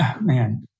man